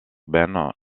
ben